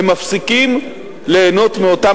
הם מפסיקים ליהנות מאותם